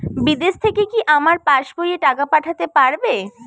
বিদেশ থেকে কি আমার পাশবইয়ে টাকা পাঠাতে পারবে?